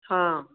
हां